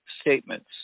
statements